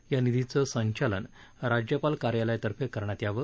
या निधीचं संचालन राज्यपाल कार्यालयातर्फे करण्यात यावं